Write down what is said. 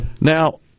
Now